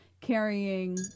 carrying